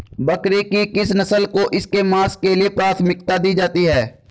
बकरी की किस नस्ल को इसके मांस के लिए प्राथमिकता दी जाती है?